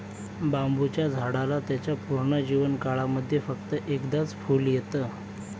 बांबुच्या झाडाला त्याच्या पूर्ण जीवन काळामध्ये फक्त एकदाच फुल येत